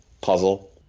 puzzle